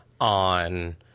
on